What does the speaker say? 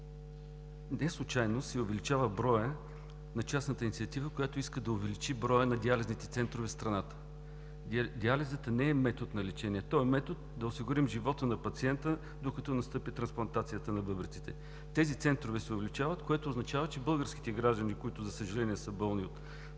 неслучайно се увеличава броят на частната инициатива, която иска да увеличи броя на диализните центрове в страната. Диализата не е метод на лечение. Той е метод да осигурим живота на пациента, докато настъпи трансплантацията на бъбреците. Тези центрове се увеличават, което означава, че българските граждани, които, за съжаление, са болни от тези болести,